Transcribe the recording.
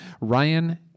Ryan